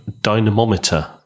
Dynamometer